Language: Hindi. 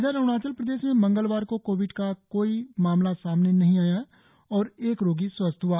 इधर अरुणाचल प्रदेश में मंगलवार को कोविड का कोई मामला सामने नहीं आया और एक रोगी स्वस्थ हआ